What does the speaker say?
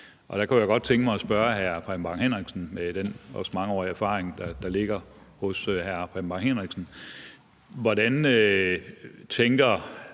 Der kunne jeg godt tænke mig at spørge hr. Preben Bang Henriksen med den mangeårige erfaring, der ligger hos hr. Preben Bang Henriksen: Hvordan tænker